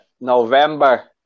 November